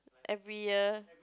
every year